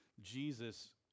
Jesus